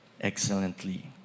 excellently